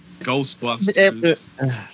Ghostbusters